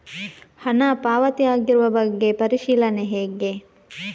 ಹಣ ಪಾವತಿ ಆಗಿರುವ ಬಗ್ಗೆ ಪರಿಶೀಲನೆ ಹೇಗೆ?